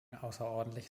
außerordentlich